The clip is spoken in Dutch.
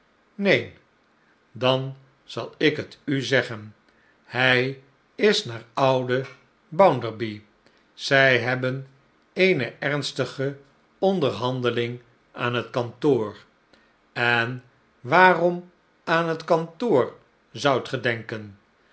dan zal ik het u zeggen hij is naar ouden bounderby zij hebben eene ernstige onderhandeling aan het kantoor en waarom aan het kantoor zoudt